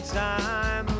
time